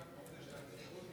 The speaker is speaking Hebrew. חברות וחברי הכנסת,